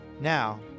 Now